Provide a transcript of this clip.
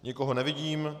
Nikoho nevidím.